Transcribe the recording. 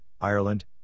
Ireland